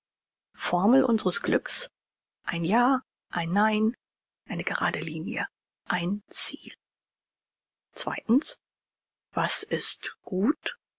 formel unsres glücks ein ja ein nein eine gerade linie ein ziel was ist gut